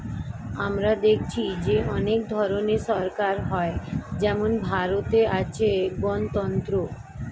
আমরা দেখেছি যে অনেক ধরনের সরকার হয় যেমন ভারতে আছে গণতন্ত্র